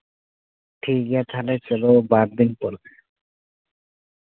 ᱴᱷᱤᱠ ᱜᱮᱭᱟ ᱛᱟᱦᱞᱮ ᱪᱚᱞᱚ ᱵᱟᱨ ᱫᱤᱱ ᱯᱚᱨ ᱜᱮ